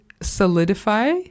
solidify